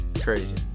crazy